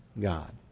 God